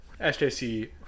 SJC